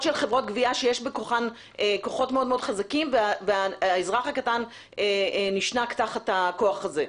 מאוד מאוד חזקים של חברות גבייה והאזרח הקטן נשנק תחת הכוח הזה,